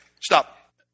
Stop